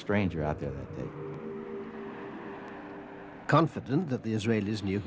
stranger out there confident that the israelis knew